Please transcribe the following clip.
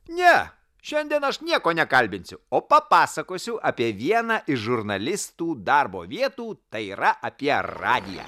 ne šiandien aš nieko nekalbinsiu o papasakosiu apie vieną iš žurnalistų darbo vietų tai yra apie radiją